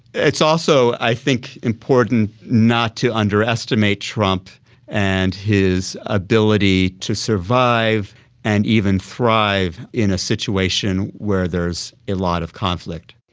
it's also i think important not to underestimate trump and his ability to survive and even thrive in a situation where there is a lot of conflict.